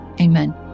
Amen